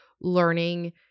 learning